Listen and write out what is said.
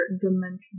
dimension